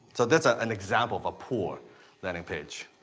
so that's ah an example of a poor landing page.